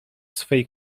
swej